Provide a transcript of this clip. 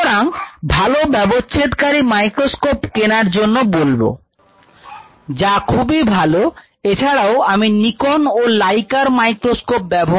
সুতরাং ভালো ব্যবচ্ছেদ কারী মাইক্রোস্কোপ কেনার জন্য বলব